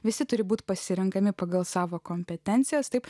visi turi būti pasirenkami pagal savo kompetencijas taip